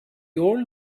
old